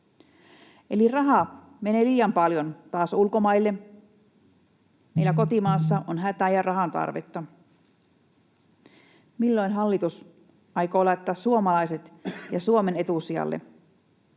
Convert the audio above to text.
Eli rahaa menee liian paljon taas ulkomaille. Meillä kotimaassa on hätä ja rahan tarvetta. Milloin hallitus aikoo laittaa suomalaiset ja Suomen etusijalle?